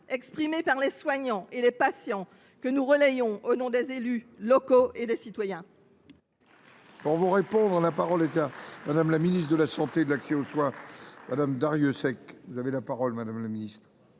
cri d’alarme des soignants et des patients, que nous relayons au nom des élus locaux et des citoyens